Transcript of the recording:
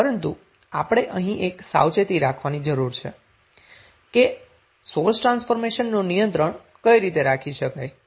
પરંતુ આપણે અહીં એક સાવચેતી રાખવાની જરૂર છે કે સોર્સ ટ્રાન્સફોર્મેશનનું નિયંત્રણ કઈ રીતે રાખી શકાય છે